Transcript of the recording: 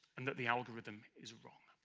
and that the algorithm is wrong.